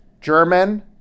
German